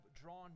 drawn